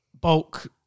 bulk